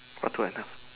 what now